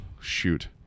Shoot